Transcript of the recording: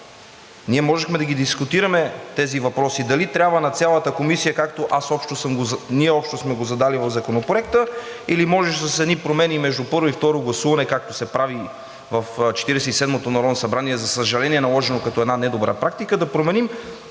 ние можехме да ги дискутираме тези въпроси – дали трябва на цялата комисия, както ние общо сме го задали в Законопроекта, или можеше с промени между първо и второ гласуване, както се прави в Четиридесет и седмото народно събрание, за съжаление, наложено като недобра практика, да променим